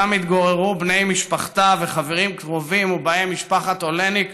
שם התגוררו בני משפחתה וחברים קרובים ובהם משפחת אולניק,